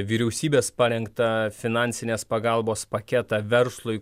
vyriausybės parengtą finansinės pagalbos paketą verslui